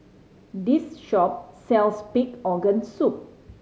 this shop sells pig organ soup